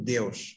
Deus